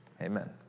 Amen